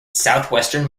southwestern